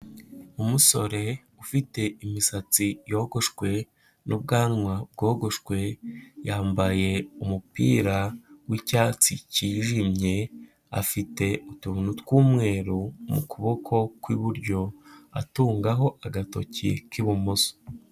Umusore ufite imisatsi yogoshwe n'ubwanwa bwogoshwe, yambaye umupira w'icyatsi kijimye afite utuntu tw'umweru mu kuboko kw'iburyo atungaho agatoki k'ibumoso.